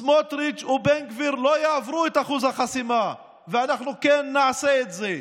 סמוטריץ' ובן גביר לא יעברו את אחוז החסימה ואנחנו כן נעשה את זה.